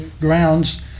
grounds